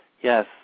Yes